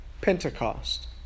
Pentecost